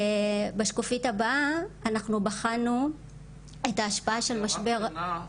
בשקופית הבאה אנחנו בחנו את ההשפעה של משבר- -- הערה קטנה,